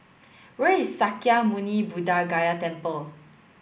where is Sakya Muni Buddha Gaya Temple